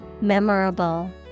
Memorable